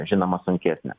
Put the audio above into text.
žinoma sunkesnė